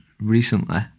recently